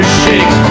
shake